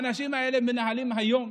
האנשים האלה מנהלים היום